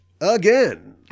again